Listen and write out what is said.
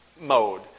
mode